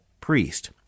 priest